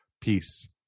Peace